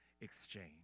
exchange